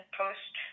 post